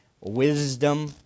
wisdom